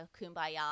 kumbaya